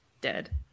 dead